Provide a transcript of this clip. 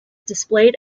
displayed